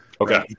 Okay